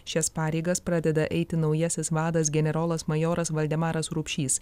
šias pareigas pradeda eiti naujasis vadas generolas majoras valdemaras rupšys